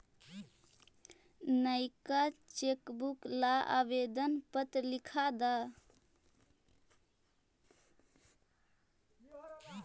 नएका चेकबुक ला आवेदन पत्र लिखा द